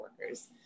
workers